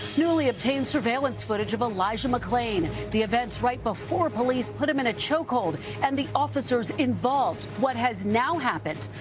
newly obtained surveillance foot j of elijah mcclain. the events right before police put him on a choke hold and the officers involved. what has now happened.